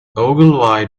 ogilvy